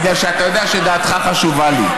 בגלל שאתה יודע שדעתך חשובה לי.